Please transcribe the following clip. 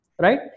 Right